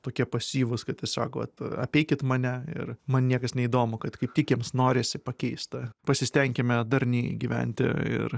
tokie pasyvūs kad tiesiog vat apeikit mane ir man niekas neįdomu kad kaip tik jiems norisi pakeist tą pasistenkime darniai gyventi ir